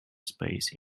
space